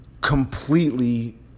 completely